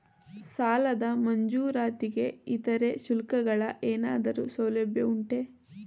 ಸಾಲದ ಮಂಜೂರಾತಿಗೆ ಇತರೆ ಶುಲ್ಕಗಳ ಏನಾದರೂ ಸೌಲಭ್ಯ ಉಂಟೆ?